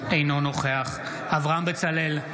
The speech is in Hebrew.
אינו נוכח אברהם בצלאל,